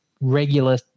regular